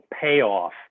payoff